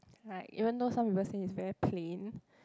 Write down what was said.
like even though some people say is very plain